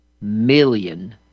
million